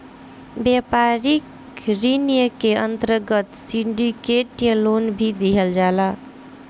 व्यापारिक ऋण के अंतर्गत सिंडिकेट लोन भी दीहल जाता